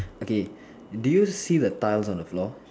okay do you see the tiles on the floor